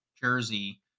jersey